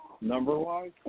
number-wise